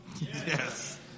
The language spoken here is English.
Yes